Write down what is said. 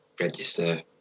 register